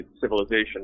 civilization